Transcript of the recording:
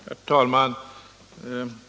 Herr talman!